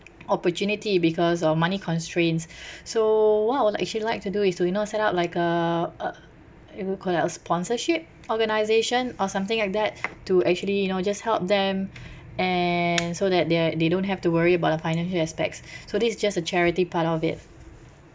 opportunity because of money constraints so what I would actually like to do is to you know set up like a uh maybe call it a sponsorship organisation or something like that to actually you know just help them and so that they're they don't have to worry about the financial aspects so this is just a charity part of it